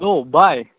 hello ꯚꯥꯏ